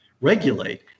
regulate